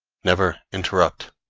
never interrupt!